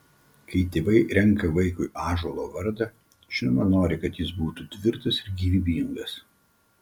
kai tėvai renka vaikui ąžuolo vardą žinoma nori kad jis būtų tvirtas ir gyvybingas